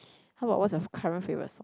how about what's your current favourite song